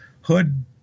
hood